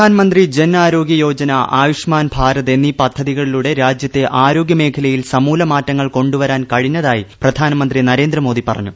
പ്രധാനമന്ത്രി ജൻ ആരോഗ്യ യോജന ആയുഷ്മാൻ ഭാരത് എന്നീ പദ്ധതികളിലൂടെ രാജ്യത്തെ ആരോഗ്യ മേഖലയിൽ സമൂല മാറ്റങ്ങൾ കൊണ്ടുവരാൻ കഴിഞ്ഞതായി പ്രധാനമന്ത്രി നരേന്ദ്രമോദി പറഞ്ഞു